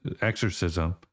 exorcism